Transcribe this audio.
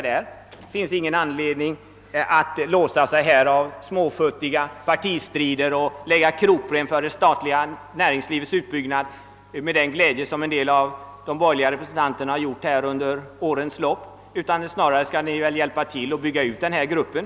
Det finns ingen anledning för oss att låsa oss av småfuttiga partistrider och därmed sätta krokben för det statliga näringslivets utbyggnad, något som de borgerliga representanterna under årens lopp med glädje har gjort. Ni skall väl i stället hjälpa till och bygga ut den här gruppen!